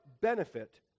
benefit